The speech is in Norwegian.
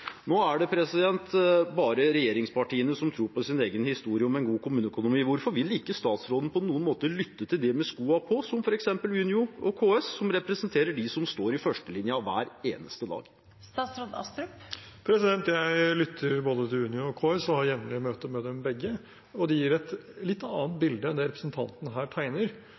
Nå er det bare regjeringspartiene som tror på sin egen historie om en god kommuneøkonomi. Hvorfor vil ikke statsråden på noen måte lytte til dem med skoene på, som f.eks. Unio og KS, som representerer dem som står i førstelinjen hver eneste dag? Jeg lytter til både Unio og KS og har jevnlige møter med dem begge, og de gir et litt annet bilde enn det representanten her tegner.